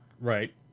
right